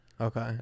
Okay